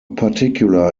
particular